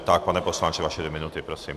Tak, pane poslanče, vaše dvě minuty, prosím.